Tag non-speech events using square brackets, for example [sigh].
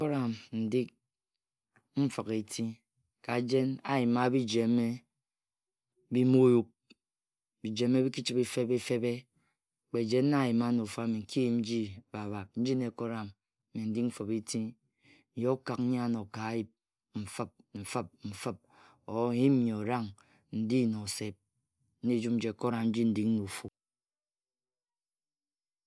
Ekoran ndig nfigh eti ka jen ayima biji eme bim oyub. Biji eme biki-chibhe febi-febe. Kpe jen na nyima na ofu-abhi nkiyim nji babhap. inyi na ekoram mme ndig nfigheti. N-yi okak nyi ano ka ayip nfip. nfip. nfip, or [unintelligible] nyim nyi orang. ndi na osep. Na ejum nji ekoram nji ndigg na ofu.